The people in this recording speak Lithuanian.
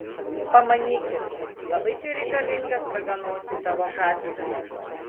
pamanykit labai čia reikalingas raganosiui tavo kaspinas